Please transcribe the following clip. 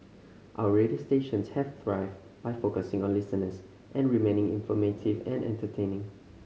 our radio stations have thrived by focusing on listeners and remaining informative and entertaining